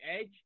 edge